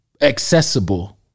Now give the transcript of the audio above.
Accessible